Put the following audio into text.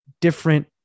different